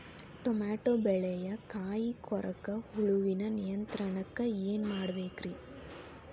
Tomato ಬೆಳೆಯ ಕಾಯಿ ಕೊರಕ ಹುಳುವಿನ ನಿಯಂತ್ರಣಕ್ಕ ಏನ್ ಮಾಡಬೇಕ್ರಿ?